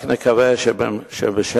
רק נקווה שבשם